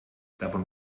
davon